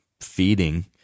feeding